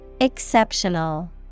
Exceptional